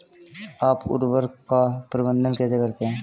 आप उर्वरक का प्रबंधन कैसे करते हैं?